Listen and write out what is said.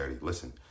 Listen